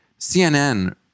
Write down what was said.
CNN